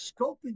scoping